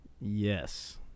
Yes